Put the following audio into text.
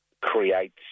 creates